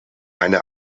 eine